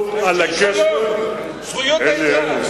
השתלטות על הגשר, אנשי שלום, זכויות האזרח.